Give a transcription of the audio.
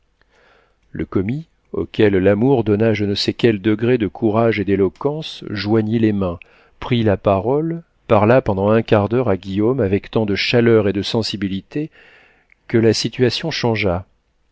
le commis auquel l'amour donna je ne sais quel degré de courage et d'éloquence joignit les mains prit la parole parla pendant un quart d'heure à guillaume avec tant de chaleur et de sensibilité que la situation changea